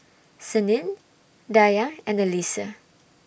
Senin Dayang and Alyssa